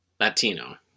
Latino